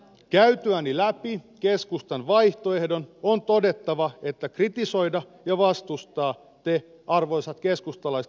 käytyäni läpi keskustan vaihtoehdon on todettava että kritisoida ja vastustaa te arvoisat keskustalaiset kyllä osaatte